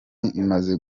imaze